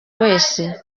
wese